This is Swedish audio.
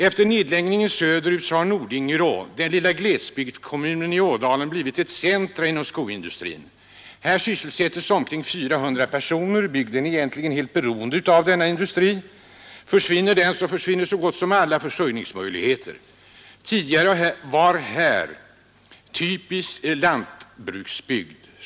Efter nedläggningen söder över har Nordingrå, den lilla glesbygdskommunen i Ådalen, blivit ett centrum inom skoindustrin. Här syssel sätts omkring 400 personer. Bygden är egentligen helt beroende av denna industri. Försvinner den, försvinner så gott som alla försörjningsmöjligheter. Tidigare var detta en typisk lantbruksbygd.